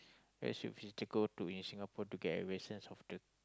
where should people go to in Singapore to get an essence of the